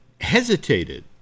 hesitated